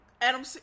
Adam